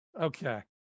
Okay